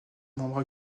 membres